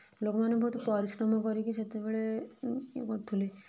ଲୋକ ମାନେ ବହୁତୁ ପରିଶ୍ରମ କରିକି ସେତେବେଳେ ଇଏ କରୁଥିଲେ